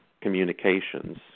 communications